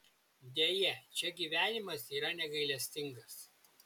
deja čia gyvenimas yra negailestingas